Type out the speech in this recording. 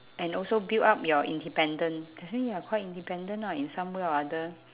and also build up your independent that means you're quite independent lah in some way or other